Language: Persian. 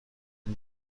این